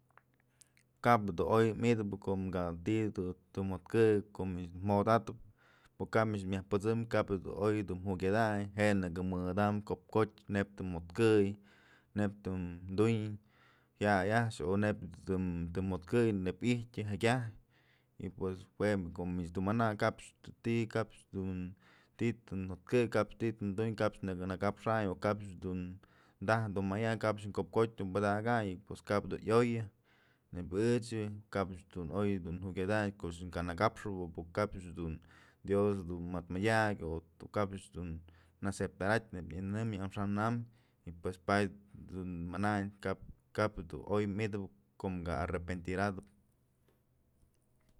Kap du oy mytëp kom ka ti'i dun të jëtkëy ko'o mich jodatëp po kap mich myaj pësëm po kap dun oy du jukyatayn jenë'ë dun mëdadayn ko'op kotyë neyb duj mjëtkëy neyb dun tuyn jaya'ay a'ax o neyb tëm jëtkëy neyn ijtyë jekyajtyë y pues jue ko'o mich dun manañ kapch dun ti'i kabch dun ti'i të jatkëy kapch ti'i tën duñ o kapch nëkë nakapxayn o kapch dun taj dun mayayn o kap dun ko'op kotyë dun padakayn y pues kap dun yoyë nëyb ëchë kapch dun oy du jukyatañ koch ka nëkapxëp o pë dun dios dun mët mëdyak o po kapch dun aceptaratyë neyb nyënëmyën amaxa'an amyëy pues pach dun manayn kap, kap dun oy mitëp ko'o kë arepentiratëp.